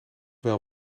wel